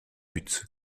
but